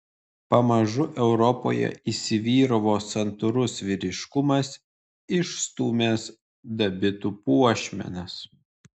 pamažu europoje įsivyravo santūrus vyriškumas išstūmęs dabitų puošmenas